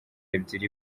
ebyiri